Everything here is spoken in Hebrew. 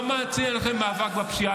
לא מעניין אתכם מאבק בפשיעה,